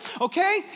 Okay